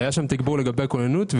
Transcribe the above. היה תגבור לגבי הכוננות.